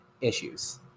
issues